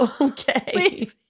okay